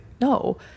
no